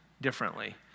differently